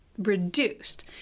reduced